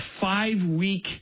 five-week